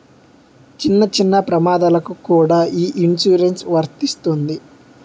చిన్న చిన్న ప్రమాదాలకు కూడా ఈ ఇన్సురెన్సు వర్తిస్తుంది